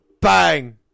Bang